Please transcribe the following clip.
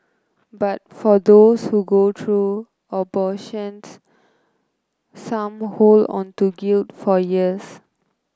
but for those who go through abortions some hold on to guilt for years